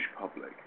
public